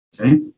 Okay